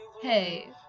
Hey